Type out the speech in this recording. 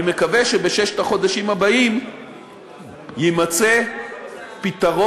אני מקווה שבששת החודשים הבאים יימצא פתרון,